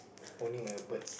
owning a birds